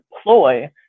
deploy